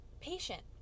patient